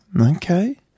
Okay